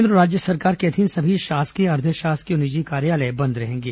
केन्द्र और राज्य सरकार के अधीन सभी शासकीय अर्द्वशासकीय और निजी कार्यालय बंद रहेंगे